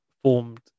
formed